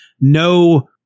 no